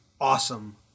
awesome